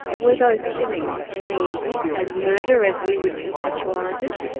were those killings seen as murder as we would conceptualise it?